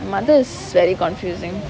my mother's very confusing